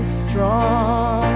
strong